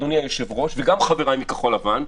אדוני היושב-ראש וגם חבריי מכחול-לבן,